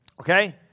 okay